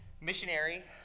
missionary